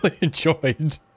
enjoyed